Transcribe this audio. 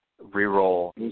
re-roll